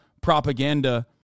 propaganda